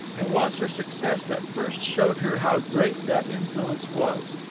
it was her success that first showed her how great that influence was.